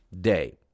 day